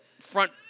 front